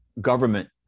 government